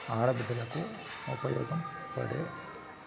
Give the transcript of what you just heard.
ఆడ బిడ్డలకు ఉపయోగం ఉండే సామాజిక పథకాలు ఏమైనా ఉన్నాయా?